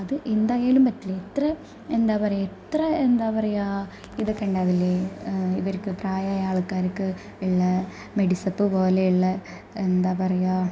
അത് എന്തായാലും പറ്റില്ല എത്ര എന്താപറയുക ഇത്ര എന്താപറയുക ഇതൊക്കെയുണ്ടാകില്ലേ ഇവര്ക്ക് പ്രായമായ ആള്ക്കാര്ക്ക് ഉള്ള മെഡിസ്സപ്പ് പോലെയുള്ള എന്താ പറയുക